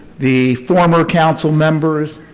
the former councilmembers,